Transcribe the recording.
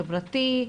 חברתי?